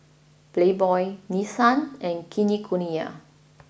Playboy Nissan and Kinokuniya